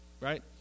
right